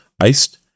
Iced